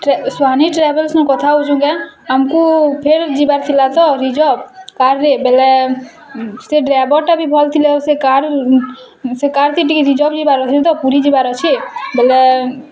Suhani travels ନୁ କଥା ହଉଚୁଁ କେଁ ଆମ୍ କୁ ଫେର୍ ଯିବାର୍ ଥିଲା ତ ରିଜର୍ଭ୍ କାର୍ରେ ବେଲେ ସେ ଡ଼୍ରାଇଭର୍ଟା ବି ଭଲ୍ ଥିଲେ ଆଉ ସେ କାର୍ ସେ କାର୍ ଥି ଟିକେ ରିଜର୍ଭ୍ ଯିବାର୍ ଅଛି ତ ପୁରୀ ଯିବାର୍ ଅଛେ ବେଲେ